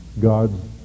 God's